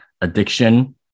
addiction